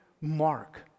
mark